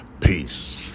Peace